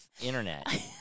internet